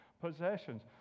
possessions